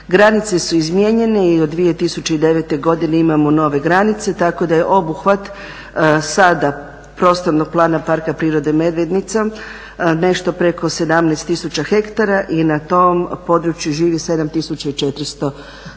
Granice su izmijenjene i od 2009. godine imao nove granice, tako da je obuhvat sada prostornog plana Parka prirode Medvednica nešto preko 17 tisuća hektara i na tome području živi 7400